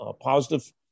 positive